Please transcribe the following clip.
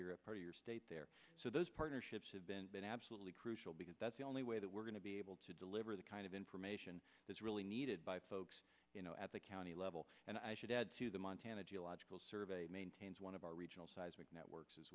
europe part of your state there so those partnerships have been absolutely crucial because that's the only way that we're going to be able to deliver the kind of information that's really needed by folks you know at the county level and i should add to the montana geological survey maintains one of our regional seismic networks as